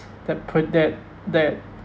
that pre~ that that